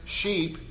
sheep